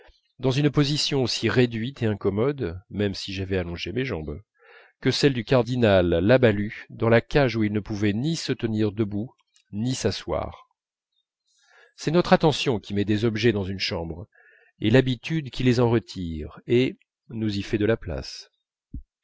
dans une position aussi réduite et incommode même si j'avais allongé mes jambes que celle du cardinal la balue dans la cage où il ne pouvait ni se tenir debout ni s'asseoir c'est notre attention qui met des objets dans une chambre et l'habitude qui les en retire et nous y fait de la place